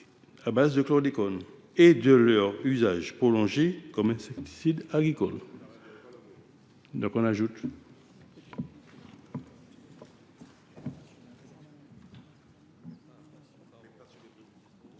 à base de chlordécone et de leur usage prolongé comme insecticide agricole. » Monsieur